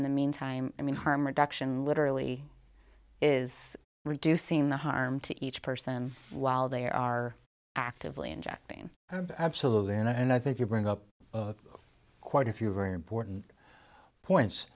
in the mean time i mean harm reduction literally is reducing the harm to each person while they are actively injecting and absolutely and i think you bring up quite a few very important points